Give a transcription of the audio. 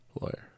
lawyer